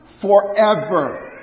forever